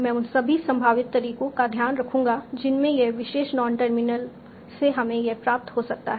मैं उन सभी संभावित तरीकों का ध्यान रखूंगा जिनमें यह विशेष नॉन टर्मिनल से हमें यह प्राप्त हो सकता है